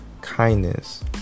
kindness